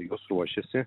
juos ruošiasi